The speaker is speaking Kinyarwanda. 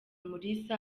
umulisa